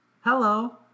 Hello